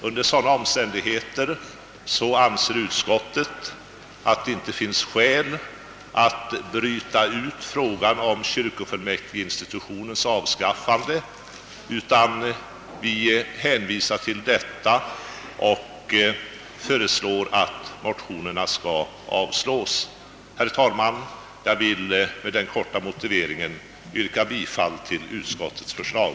Under sådana omständigheter anser utskottet att det inte finns skäl att bryta ut frågan om kyrkofullmäktigeinstitutionens avskaffande och yrkar därför avslag på motionerna. Herr talman! Jag vill med denna korta motivering yrka bifall till utskottets förslag.